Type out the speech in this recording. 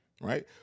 right